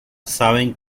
saben